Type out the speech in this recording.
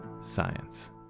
science